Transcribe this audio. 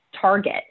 Target